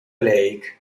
lake